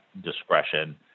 discretion